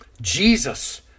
Jesus